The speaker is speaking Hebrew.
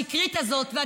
השקרית הזאת,